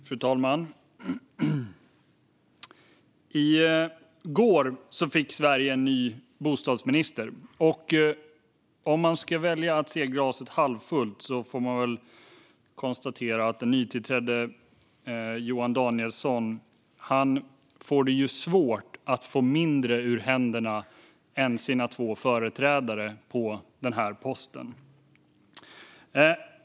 Fru talman! I går fick Sverige en ny bostadsminister. Om man ska välja att se glaset halvfullt får man väl konstatera att den nytillträdde Johan Danielsson får svårt att få mindre ur händerna än sina två företrädare på den posten.